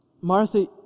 Martha